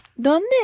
donde